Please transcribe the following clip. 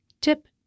Tip